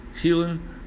Healing